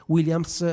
Williams